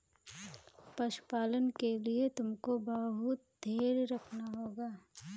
पशुपालन के लिए तुमको बहुत धैर्य रखना होगा